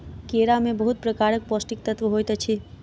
केरा में बहुत प्रकारक पौष्टिक तत्व होइत अछि